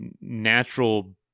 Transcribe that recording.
natural